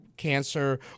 cancer